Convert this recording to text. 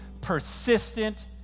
persistent